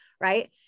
right